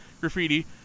graffiti